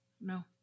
No